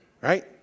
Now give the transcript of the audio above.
right